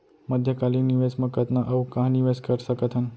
मध्यकालीन निवेश म कतना अऊ कहाँ निवेश कर सकत हन?